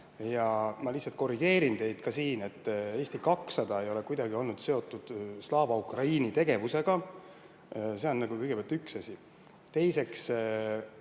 Aga ma lihtsalt korrigeerin teid, et Eesti 200 ei ole kuidagi olnud seotud Slava Ukraini tegevusega. See on nagu kõigepealt üks asi. Teiseks